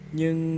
Nhưng